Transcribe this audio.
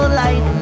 light